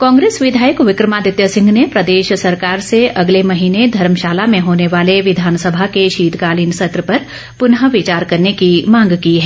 कांग्रेस विधायक विक्रमादित्य सिंह ने प्रदेश सरकार से अगले महीने धर्मशाला में होने वाले विधानसभा के शीतकालीन सत्र पर प्रनः विचार करने की मांग की है